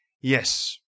Yes